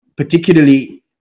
particularly